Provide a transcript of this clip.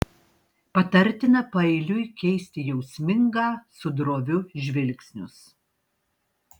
patartina paeiliui keisti jausmingą su droviu žvilgsnius